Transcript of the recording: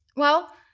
well,